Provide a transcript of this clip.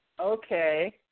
okay